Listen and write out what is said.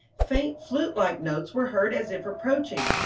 faint flute-like notes were heard as if approaching,